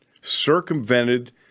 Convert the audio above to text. circumvented